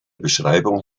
beschreibung